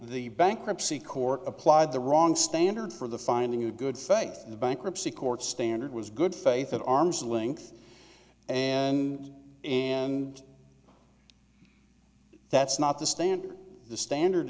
the bankruptcy court applied the wrong standard for the finding a good faith in the bankruptcy court standard was good faith at arm's length and and that's not the standard the standard